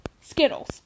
Skittles